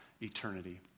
eternity